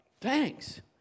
thanks